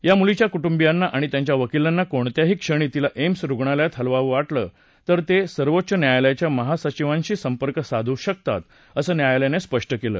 या मुलीच्या कुटुंबियांना आणि त्यांच्या वकीलांना कोणत्याही क्षणी तिला एम्स रुगणालयात हलवावं वाटलं तर ते सर्वोच्च न्यायालयाच्या महासचिवांशी संपर्क साधू शकतात असं न्यायालयानं स्पष्ट केलं